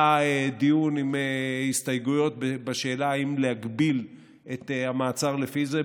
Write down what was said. היה דיון עם הסתייגויות בשאלה אם להגביל את המעצר לפי זה.